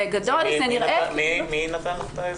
מי נתן את ההסבר?